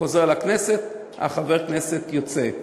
חוזר לכנסת וחבר הכנסת יוצא.